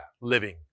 Living